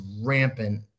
rampant